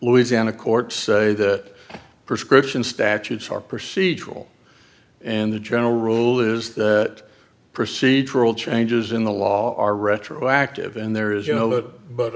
louisiana courts say that prescription statutes are procedural and the general rule is that procedural changes in the law are retroactive and there is you know it but